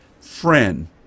friend